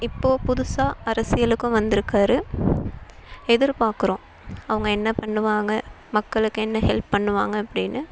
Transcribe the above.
இப்போது புதுசாக அரசியலுக்கும் வந்திருக்காரு எதிர்பார்க்கிறோம் அவங்க என்ன பண்ணுவாங்க மக்களுக்கு என்ன ஹெல்ப் பண்ணுவாங்க அப்படின்னு